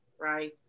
right